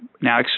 Now